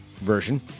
version